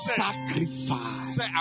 sacrifice